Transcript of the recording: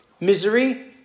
misery